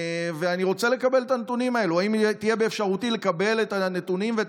ואני רוצה לקבל את הנתונים האלו.